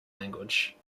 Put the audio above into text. language